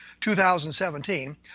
2017